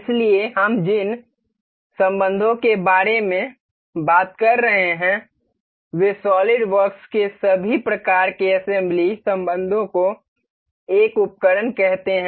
इसलिए हम जिन संबंधों के बारे में बात कर रहे हैं वे सॉलिडवर्क्स के सभी प्रकार के असेंबली संबंधों को एक उपकरण कहते हैं